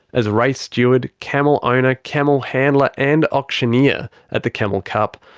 as race steward, camel owner, camel handler, and auctioneer at the camel cup.